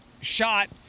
shot